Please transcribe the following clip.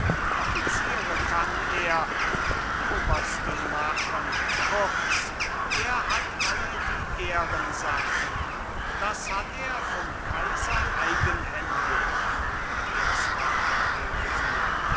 offiziere kann er und obersten machen kurz er hat alle die ehrensachen das hat er vom kaiser eigenhändig erster